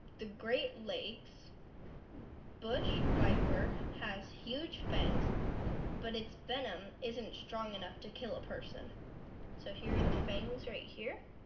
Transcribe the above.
the great lakes bush viper has huge fangs but its benham isn't strong enough to kill a person so here the fangs right here